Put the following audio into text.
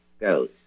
goes